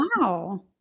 wow